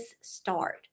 start